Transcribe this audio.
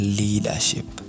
leadership